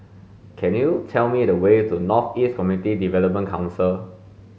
can you tell me the way to North East Community Development Council